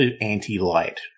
anti-light